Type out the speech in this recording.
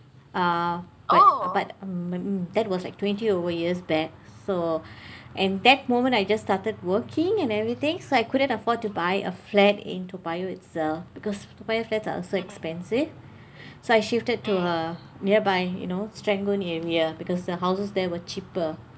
ah but but mm that was like twenty over years back so and that moment I just started working and everything so I couldn't afford to buy a flat in toa payoh itself because toa payoh flats are so expensive so I shifted to a nearby you know serangoon area because the houses there were cheaper